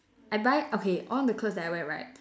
I buy okay all the clothes that I wear right